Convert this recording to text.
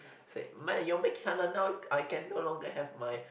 said may your I can no longer have my